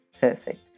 Perfect